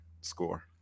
score